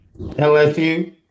LSU